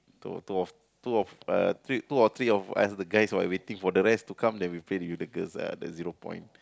to two of two of uh three two or three of us the guys were waiting for the rest to come then we play with the girls the zero point